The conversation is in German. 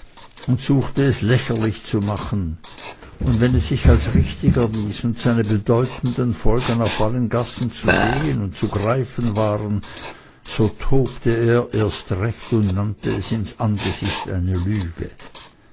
und suchte es lächerlich zu machen und wenn es sich als richtig erwies und seine bedeutenden folgen auf allen gassen zu sehen und zu greifen waren so tobte er erst recht und nannte es ins angesicht eine lüge